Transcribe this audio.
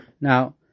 Now